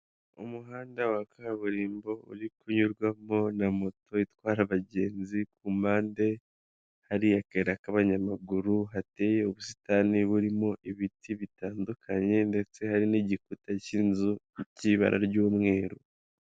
Umuhanda wa kaburimbo uri kunyurwamo na moto itwara abagenzi, ku mpande hari akayira k'abanyamaguru, hateye ubusitani burimo ibiti bitandukanye ndetse hari n'igikuta cy'inzu cy'ibara ry'umweru.